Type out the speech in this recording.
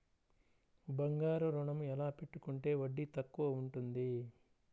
బంగారు ఋణం ఎలా పెట్టుకుంటే వడ్డీ తక్కువ ఉంటుంది?